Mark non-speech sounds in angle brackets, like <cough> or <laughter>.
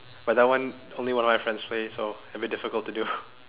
but that one only one of my friends play so a bit difficult to do <breath>